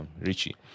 Richie